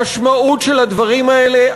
המשמעות של הדברים האלה,